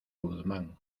guzmán